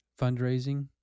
Fundraising